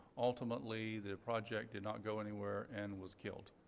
ultimately, the project did not go anywhere and was killed.